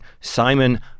Simon